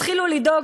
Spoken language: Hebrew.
תתחילו לדאוג,